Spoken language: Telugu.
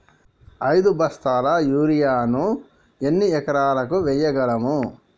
ఐదు బస్తాల యూరియా ను ఎన్ని ఎకరాలకు వేయగలము?